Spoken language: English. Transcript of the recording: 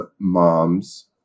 moms